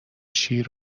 شیر